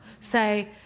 say